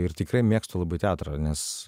ir tikrai mėgstu labai teatrą nes